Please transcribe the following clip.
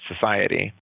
society